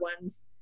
ones